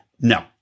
No